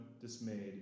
dismayed